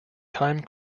time